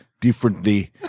differently